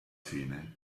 fine